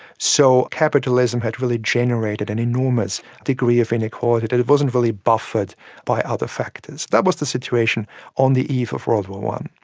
so capitalism had really generated an enormous degree of inequality that wasn't really buffered by other factors. that was the situation on the eve of world war i.